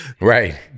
Right